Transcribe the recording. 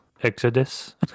Exodus